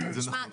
תשמע,